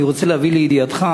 אני רוצה להביא לידיעתך: